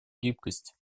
гибкость